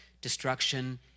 destruction